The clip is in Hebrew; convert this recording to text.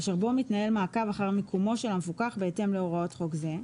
אשר בו מתנהל מעקב אחר מיקומו של המפוקח בהתאם להוראות חוק זה,